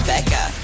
Becca